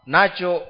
Nacho